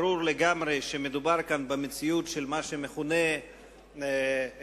ברור לגמרי שמדובר כאן במציאות של מה שמכונה "1